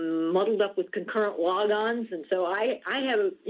muddled up with concurrent log ons. and so i i have, you